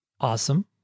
awesome